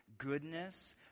goodness